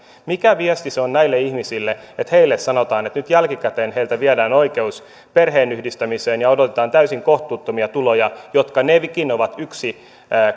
mikä viesti se on näille ihmisille että heille sanotaan että nyt jälkikäteen heiltä viedään oikeus perheenyhdistämiseen ja odotetaan täysin kohtuuttomia tuloja nytkin ovat yksi